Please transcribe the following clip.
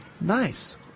Nice